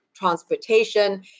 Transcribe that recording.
transportation